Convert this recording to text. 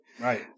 Right